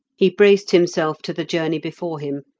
he braced himself to the journey before him,